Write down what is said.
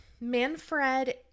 Manfred